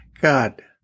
God